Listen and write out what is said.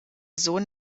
sohn